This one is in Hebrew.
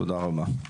תודה רבה.